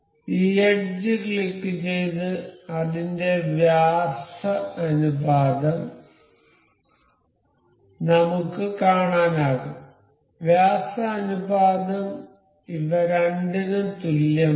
ഈ എഡ്ജ് ക്ലിക്കുചെയ്ത് അതിന്റെ വ്യാസം അനുപാതം നമുക്ക് കാണാനാകും വ്യാസ അനുപാതം ഇവ രണ്ടിനും തുല്യമാണ്